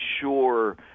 sure